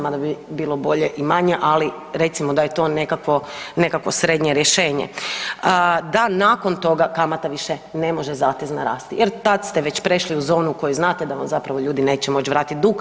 Mada bi bilo bolje i manje ali recimo da je to nekakvo srednje rješenje da nakon toga kamata više ne može zatezna rasti, jer tada ste već prešli u zonu koju znate da vam zapravo ljudi neće moći vratiti dug.